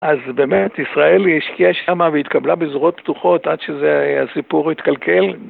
אז באמת, ישראל היא השקיעה שם והתקבלה בזרועות פתוחות עד שזה, הסיפור התקלקל.